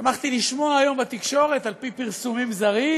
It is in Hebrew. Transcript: שמחתי לשמוע היום בתקשורת, על פי פרסומים זרים,